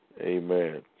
Amen